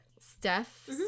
Steph